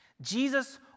Jesus